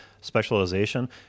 specialization